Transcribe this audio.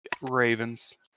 Ravens